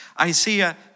Isaiah